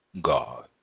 God